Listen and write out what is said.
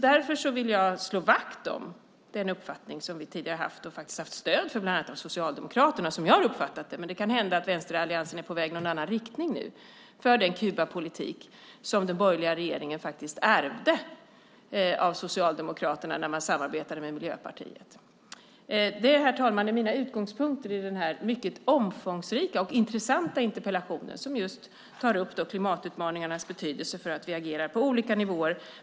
Därför vill jag slå vakt om den uppfattning som vi tidigare har haft och också haft stöd för bland annat av Socialdemokraterna - som jag har uppfattat det, men det kan hända att vänsteralliansen är på väg i någon annan riktning nu - för den Kubapolitik som den borgerliga regeringen ärvde av Socialdemokraterna när man samarbetade med Miljöpartiet. Herr talman! Detta är mina utgångspunkter i den här mycket omfångsrika och intressanta interpellationen som just tar upp klimatutmaningarnas betydelse för att vi agerar på olika nivåer.